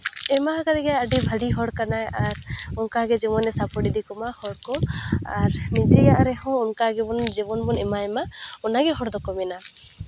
ᱮᱢᱟ ᱠᱟᱫᱮ ᱜᱮᱭᱟᱭ ᱟᱹᱰᱤ ᱵᱷᱟᱞᱮ ᱦᱚᱲ ᱠᱟᱱᱟᱭ ᱟᱨ ᱚᱱᱠᱟᱜᱮ ᱡᱮᱢᱚᱱᱮ ᱥᱟᱯᱳᱨᱴ ᱤᱫᱤ ᱠᱚᱢᱟ ᱦᱚᱲᱠᱚ ᱟᱨ ᱱᱤᱡᱮᱭᱟᱜ ᱨᱮᱦᱚᱸ ᱚᱱᱠᱟᱜᱮ ᱡᱮᱢᱚᱱ ᱵᱚᱱ ᱮᱢᱟᱭᱢᱟ ᱚᱱᱟᱜᱮ ᱦᱚᱲ ᱫᱚᱠᱚ ᱢᱮᱱᱟ